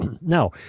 Now